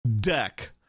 Deck